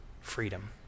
freedom